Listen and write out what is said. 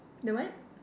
the what